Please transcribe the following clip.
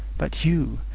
but you!